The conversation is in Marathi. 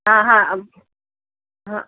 हां हां हां